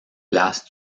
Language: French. place